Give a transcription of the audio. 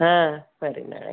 ಹಾಂ ಸರಿ